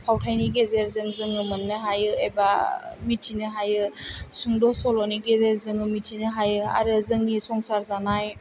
फावथाइनि गेजेरजों जोङो मोन्नो हायो एबा मिथिनो हायो सुंद' सल'नि गेजेरजों मिथिनो हायो आरो जोंनि संसार जानाय